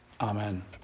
Amen